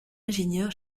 ingénieur